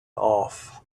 off